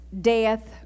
death